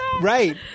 right